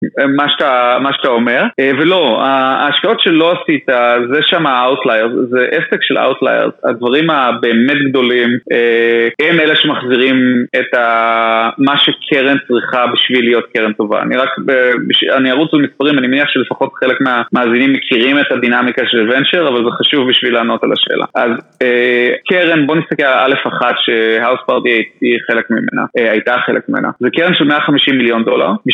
מה שאתה אומר, ולא, ההשקעות שלא עשית, זה שם האוטלייר, זה עסק של אוטלייר, הדברים הבאמת גדולים הם אלה שמחזירים את מה שקרן צריכה בשביל להיות קרן טובה, אני רק, אני ארוץ למספרים, אני מניח שלפחות חלק מהמאזינים מכירים את הדינמיקה של ונצ'ר אבל זה חשוב בשביל לענות על השאלה, אז קרן, בוא נסתכל על אלף אחת שהאוס פארטי הייתה חלק ממנה, זה קרן של 150 מיליון דולר